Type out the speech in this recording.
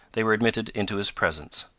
they were admitted into his presence.